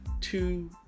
two